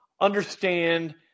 Understand